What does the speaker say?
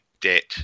debt